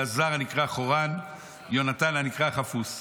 אלעזר הנקרא חורן יונתן הנקרא חפושׂ.